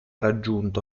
raggiunto